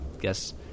guess –